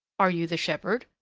are you the shepherd?